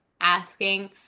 asking